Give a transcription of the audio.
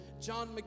John